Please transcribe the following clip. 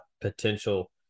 potential